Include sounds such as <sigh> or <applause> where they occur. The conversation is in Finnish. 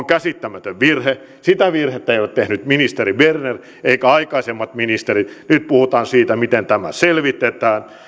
<unintelligible> käsittämätön virhe sitä virhettä ei ole tehnyt ministeri berner eivätkä aikaisemmat ministerit nyt puhutaan siitä miten tämä selvitetään